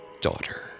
daughter